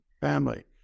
Family